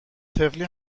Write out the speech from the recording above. طفلی